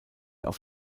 auf